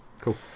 cool